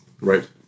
right